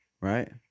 right